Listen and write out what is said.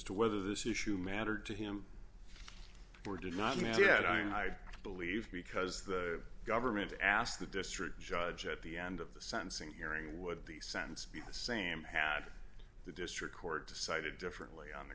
o whether this issue mattered to him or did not yet i and i believe because the government asked the district judge at the end of the sentencing hearing what the sentence be the same had the district court decided differently on the